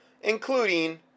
including